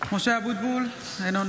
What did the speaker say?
(קוראת בשמות חברי הכנסת) יולי יואל